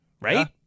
right